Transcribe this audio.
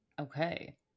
Okay